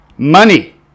money